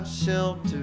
shelter